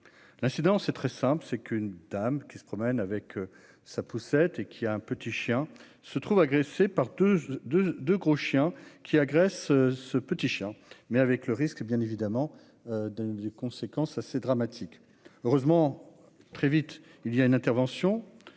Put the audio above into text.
l'incident, c'est très simple, c'est qu'une dame qui se promène avec sa poussette et qui a un petit chien se trouve agressé par 2 de de gros chien qui agresse ce petit chien mais avec le risque bien évidemment de des conséquences assez dramatiques, heureusement, très vite, il y a une intervention,